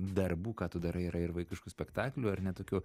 darbų ką tu darai yra ir vaikiškų spektaklių ar ne tokių